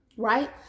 Right